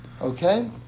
Okay